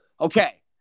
okay